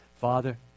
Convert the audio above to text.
Father